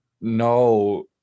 No